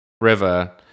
river